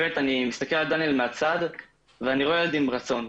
ב' אני מסתכל על דניאל מהצד ואני רואה ילד עם רצון.